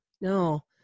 no